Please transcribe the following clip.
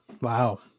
Wow